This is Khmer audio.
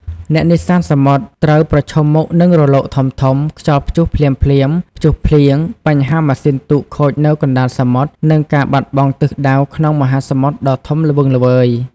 អ្នកនេសាទសមុទ្រត្រូវប្រឈមមុខនឹងរលកធំៗ ខ្យល់ព្យុះភ្លាមៗ ព្យុះភ្លៀង បញ្ហាម៉ាស៊ីនទូកខូចនៅកណ្តាលសមុទ្រ និងការបាត់បង់ទិសដៅក្នុងមហាសមុទ្រដ៏ធំល្វឹងល្វើយ។